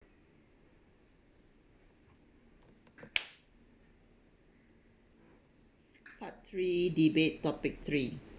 part three debate topic three